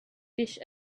fish